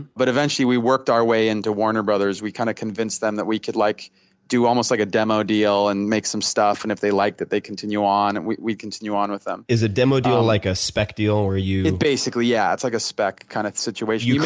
but eventually we worked our way into warner brothers. we kind of convinced them that we could like do almost, like a demo deal and make some stuff, and if they liked it they continue on, and we we continue on with them. is a demo deal like a spec deal, where you basically, yeah, it's like a spec kind of situation. you